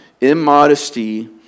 Immodesty